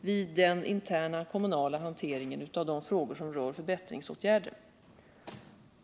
vid den interna kommunala hanteringen av de frågor som rör förbättringsåtgärder.